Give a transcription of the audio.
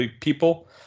people